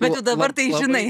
bet jau dabar tai žinai